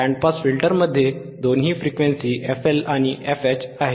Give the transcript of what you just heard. band pass फिल्टरमध्ये दोन frequency FL आणि FH आहेत